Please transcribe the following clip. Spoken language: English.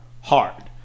Hard